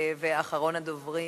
ואחרון הדוברים,